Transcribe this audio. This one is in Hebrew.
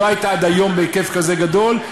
שלא הייתה עד היום, בהיקף כזה גדול.